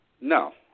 No